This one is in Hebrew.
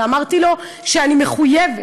ואמרתי לו שאני מחויבת,